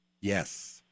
Yes